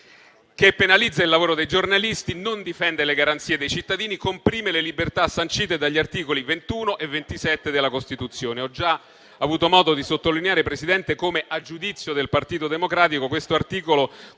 che penalizza il lavoro dei giornalisti, non difende le garanzie dei cittadini e comprime le libertà sancite dagli articoli 21 e 27 della Costituzione. Ho già avuto modo di sottolineare, signor Presidente, come a giudizio del Partito Democratico quest'articolo